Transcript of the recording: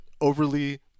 overly